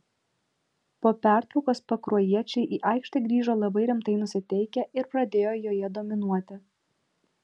po pertraukos pakruojiečiai į aikštę grįžo labai rimtai nusiteikę ir pradėjo joje dominuoti